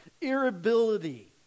irritability